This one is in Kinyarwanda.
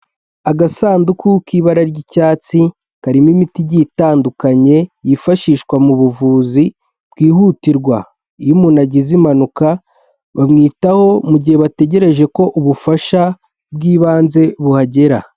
Agasanduku k'ibara ry'icyatsi karimo imiti igiye itandukanye yifashishwa mu buvuzi bwihutirwa, iyo umuntu agize impanuka bamwitaho mu gihe bategereje ko ubufasha bw'ibanze buhagera.